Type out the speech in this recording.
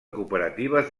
cooperatives